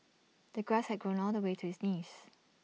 the grass had grown all the way to his knees